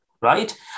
right